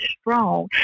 strong